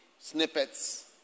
snippets